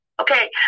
Okay